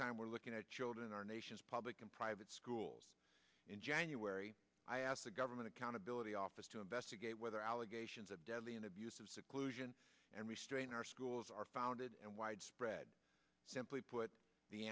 time we're looking at children our nation's public and private schools in january i asked the government accountability office to investigate whether allegations of deadly and abusive seclusion and restrain our schools are founded and widespread simply put the